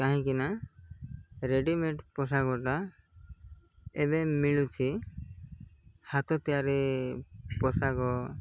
କାହିଁକି ନା ରେଡ଼ିମେଡ଼୍ ପୋଷାକଟା ଏବେ ମିଳୁଛି ହାତ ତିଆରି ପୋଷାକ